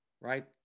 right